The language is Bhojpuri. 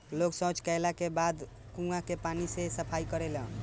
लोग सॉच कैला के बाद कुओं के पानी से सफाई करेलन